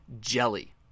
Jelly